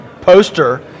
poster